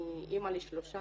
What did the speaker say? אני אמא לשלושה,